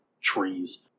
trees